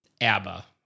Abba